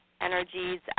energies